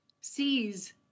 sees